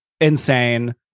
Insane